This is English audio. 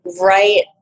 right